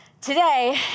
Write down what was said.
today